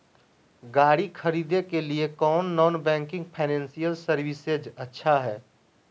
गाड़ी खरीदे के लिए कौन नॉन बैंकिंग फाइनेंशियल सर्विसेज अच्छा है?